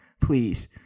please